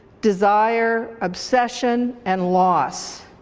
desire, obsession, and loss.